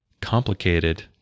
complicated